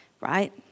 right